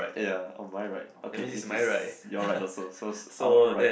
ya on my right okay which is your right also so it's our right